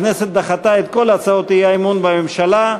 הכנסת דחתה את כל הצעות האי-אמון בממשלה.